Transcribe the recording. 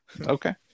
Okay